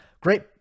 Great